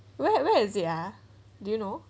where where is it ah do you know